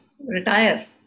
Retire